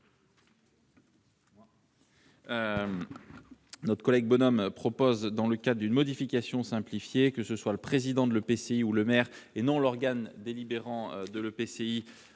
notre collègue François Bonhomme propose, dans le cas d'une modification simplifiée, que ce soit le président de l'EPCI ou le maire, et non l'organe délibérant de l'EPCI